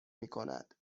میکند